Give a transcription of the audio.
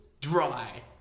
dry